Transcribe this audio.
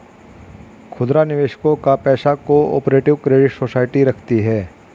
खुदरा निवेशकों का पैसा को ऑपरेटिव क्रेडिट सोसाइटी रखती है